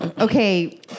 okay